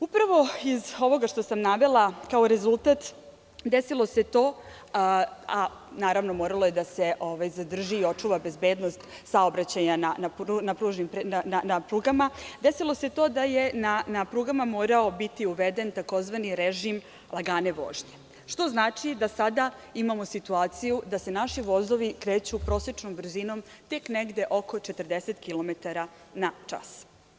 Upravo iz ovoga što sam navela kao rezultat, a naravno morala je da se zadrži i očuva bezbednost saobraćaja na prugama, desilo se to da je na prugama morao biti uveden tzv. režim lagane vožnje, što znači da sada imamo situaciju da se naši vozovi kreću prosečnom brzinom tek negde oko 40 kilometara na čas.